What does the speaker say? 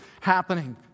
happening